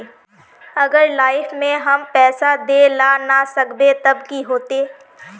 अगर लाइफ में हैम पैसा दे ला ना सकबे तब की होते?